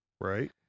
Right